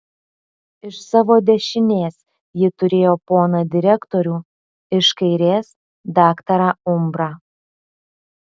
iš savo dešinės ji turėjo poną direktorių iš kairės daktarą umbrą